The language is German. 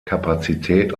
kapazität